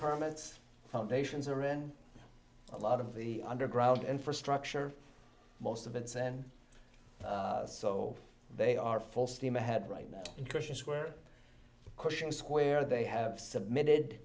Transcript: permits foundations are in a lot of the underground infrastructure most of it's and so they are full steam ahead right now in questions where cushing square they have submitted